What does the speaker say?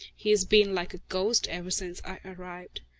he has been like a ghost ever since i arrived.